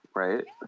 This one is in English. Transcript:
right